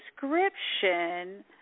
description